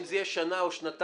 אם זה יהיה שנה או שנתיים,